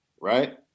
right